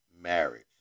marriage